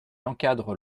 encadre